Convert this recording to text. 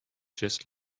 just